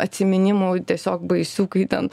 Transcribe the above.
atsiminimų tiesiog baisių kai ten